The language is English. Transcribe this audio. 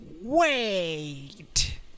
Wait